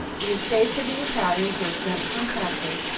the estates of the italians were exempt from taxes,